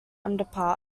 underparts